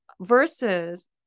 versus